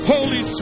Holy